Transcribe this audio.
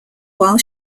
while